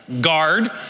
guard